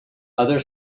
other